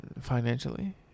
Financially